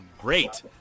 Great